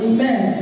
Amen